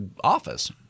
office